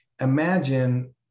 imagine